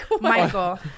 Michael